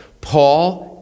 Paul